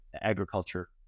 agriculture